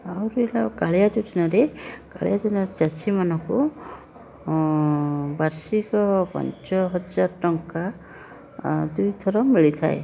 ଆଉ ରହିଲା କାଳିଆ ଯୋଜନାରେ କାଳିଆ ଯୋଜନାରେ ଚାଷୀମାନଙ୍କୁ ବାର୍ଷିକ ପାଞ୍ଚ ହଜାର ଟଙ୍କା ଦୁଇ ଥର ମିଳିଥାଏ